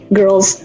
girls